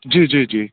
جی جی جی